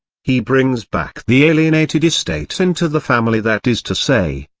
he brings back the alienated estate into the family that is to say,